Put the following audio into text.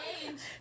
change